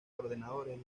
ordenadores